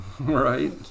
Right